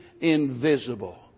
invisible